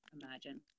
imagine